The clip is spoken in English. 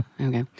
Okay